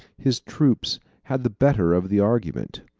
his troops had the better of the argument.